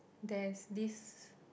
there's this